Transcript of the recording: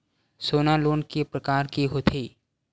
सोना लोन के प्रकार के होथे?